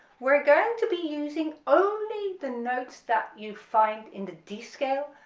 we're going to be using only the notes that you find in the d scale,